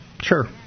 Sure